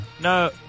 no